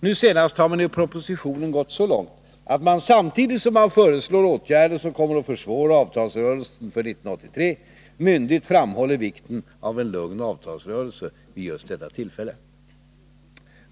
Nu senast har man i propositionen gått så långt att man, samtidigt som man föreslår åtgärder som kommer att försvåra avtalsrörelsen för 1983, myndigt framhåller vikten av en lugn avtalsrörelse vid just det tillfället.